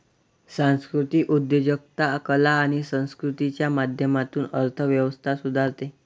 सांस्कृतिक उद्योजकता कला आणि संस्कृतीच्या माध्यमातून अर्थ व्यवस्था सुधारते